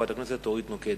חברת הכנסת אורית נוקד.